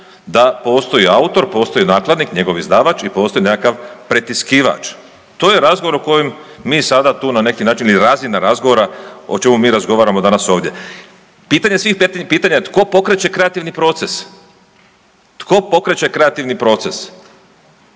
da postoji autor, postoji nakladnih, njegov izdavač i postoji nekakav pretiskivač, to je razgovor o kojem mi sada tu na neki način i razina razgovora o čemu mi razgovaramo danas ovdje. Pitanje svih pitanja je tko pokreće kreativni proces, tko pokreće kreativni proces,